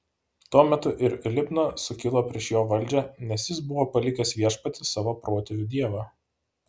tuo metu ir libna sukilo prieš jo valdžią nes jis buvo palikęs viešpatį savo protėvių dievą